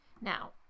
Now